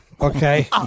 okay